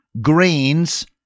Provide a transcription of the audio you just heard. grains